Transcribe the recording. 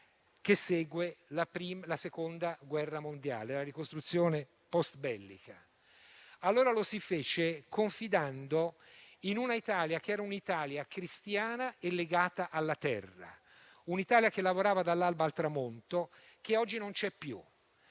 che seguì la Seconda guerra mondiale, la ricostruzione postbellica. Allora lo si fece confidando in una Italia cristiana e legata alla terra, che lavorava dall'alba al tramonto e che oggi non c'è più.